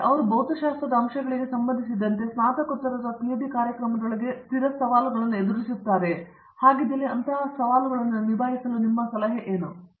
ಅವರು ಭೌತಶಾಸ್ತ್ರದ ಅಂಶಗಳಿಗೆ ಸಂಬಂಧಿಸಿದಂತೆ ಸ್ನಾತಕೋತ್ತರ ಅಥವಾ ಪಿಎಚ್ಡಿ ಕಾರ್ಯಕ್ರಮದೊಳಗೆ ಸ್ಥಿರ ಸವಾಲುಗಳನ್ನು ಎದುರಿಸುತ್ತಾರೆಯೇ ಮತ್ತು ಹಾಗಿದ್ದಲ್ಲಿ ಅಂತಹ ಸವಾಲುಗಳನ್ನು ನಿಭಾಯಿಸಲು ಅವರು ನಿಮಗೆ ಏನು ಮಾಡುತ್ತಾರೆ